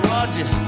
Roger